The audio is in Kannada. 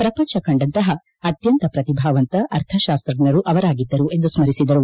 ಪ್ರಪಂಚ ಕಂಡಂತಹ ಅತ್ಯಂತ ಪ್ರತಿಭಾವಂತ ಅರ್ಥಶಾಸ್ತ್ರಜ್ಞರು ಅವರಾಗಿದ್ದರು ಎಂದು ಸ್ಮರಿಸಿದರು